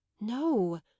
No